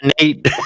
Nate